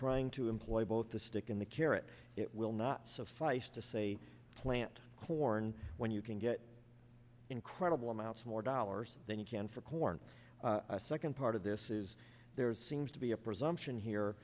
trying to employ both the stick and the carrot it will not suffice to say plant corn when you can get incredible amounts more dollars than you can for corn a second part of this is there's seems to be a presumption here